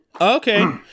Okay